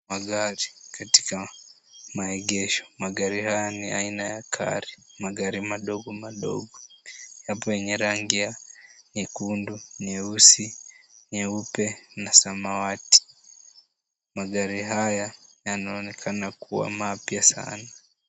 Magari katika maegesho, magari haya ni aina ya car magari madogo madogo, yapo yenye rangi ya nyekundu, nyeusi, nyeupe na samawati. Magari haya yanaonekana kuwa mapya sana.